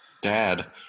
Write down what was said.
Dad